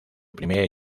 primer